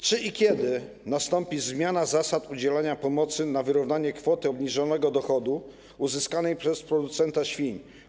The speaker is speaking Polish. Czy i kiedy nastąpi zmiana zasad udzielania pomocy na wyrównanie kwoty obniżonego dochodu uzyskanej przez producenta świń?